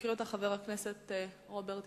יקריא אותה חבר הכנסת רוברט אילטוב.